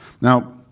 Now